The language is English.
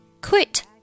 Quit